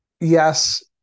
Yes